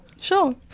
sure